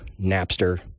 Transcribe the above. Napster